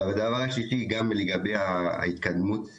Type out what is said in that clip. והדבר השלישי, לגבי ההתקדמות בהוראה.